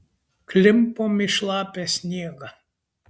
klimpom į šlapią sniegą